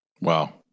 Wow